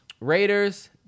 Raiders